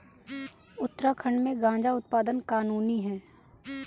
उत्तराखंड में गांजा उत्पादन कानूनी है